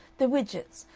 the widgetts,